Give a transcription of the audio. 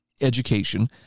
Education